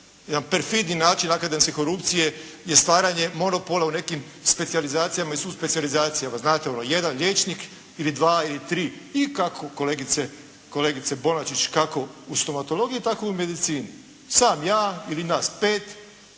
Jedan perfidni način akademske korupcije je stvaranje monopola u nekim specijalizacijama i suspecijalizacijama. Znate ono jedan liječnik ili dva ili tri i kako kolegice Bonačić kako u stomatologiji, tako i u medicini, sam ja ili nas 5